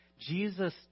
Jesus